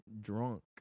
drunk